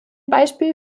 beispiel